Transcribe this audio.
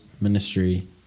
ministry